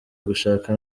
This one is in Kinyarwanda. ugushaka